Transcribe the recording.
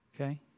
Okay